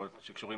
שאת